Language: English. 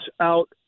out